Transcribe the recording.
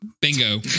Bingo